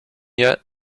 yet